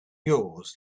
yours